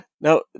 Now